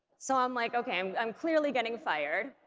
so i'm like okay i'm clearly getting fired,